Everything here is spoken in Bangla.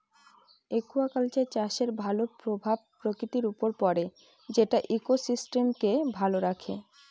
একুয়াকালচার চাষের ভালো প্রভাব প্রকৃতির উপর পড়ে যেটা ইকোসিস্টেমকে ভালো রাখে